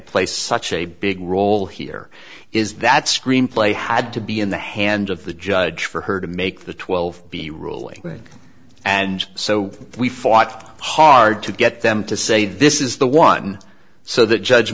place such a big role here is that screenplay had to be in the hands of the judge for her to make the twelve b ruling and so we fought hard to get them to say this is the one so the judge